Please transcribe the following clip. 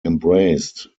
embraced